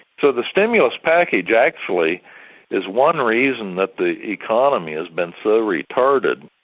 so the stimulus package actually is one reason that the economy has been so retarded.